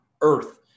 earth